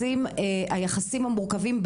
הבנתי שהעניין תלוי בכמות התוכניות שיש